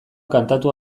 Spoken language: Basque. kantatu